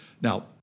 Now